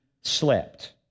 slept